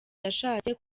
yashatse